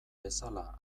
bezala